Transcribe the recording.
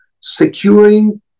securing